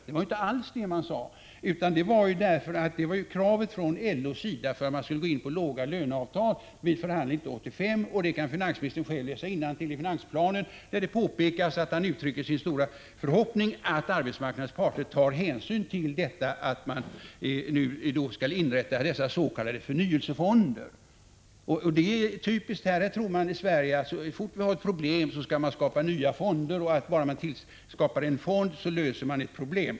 Det var ett krav från LO:s sida att sådana fonder skulle inrättas — annars skulle man inte gå med på låga löneavtal vid 1985 års förhandlingar. Om finansministern läser innantill i finansplanen, skall han finna att han där uttrycker sin stora förhoppning att arbetsmarknadens parter tar hänsyn till att de s.k. förnyelsefonderna skall inrättas. Det är typiskt för Sverige att man så snart man har ett problem skapar nya fonder och tror att bara man tillskapar en fond så löser man alla problem.